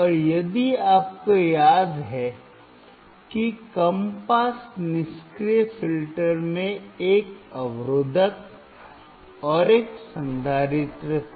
और यदि आपको याद है कि कम पास निष्क्रिय फ़िल्टर में एक अवरोधक और एक संधारित्र था